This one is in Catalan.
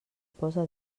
posa